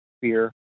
fear